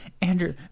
Andrew